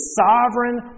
sovereign